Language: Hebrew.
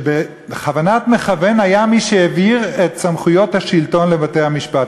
שבכוונת מכוון היה מי שהעביר את סמכויות השלטון לבתי-המשפט.